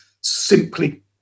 simply